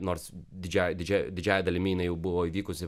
nors didžiąja didžia didžiąja dalimi jinai jau buvo įvykusi